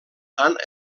tant